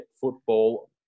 football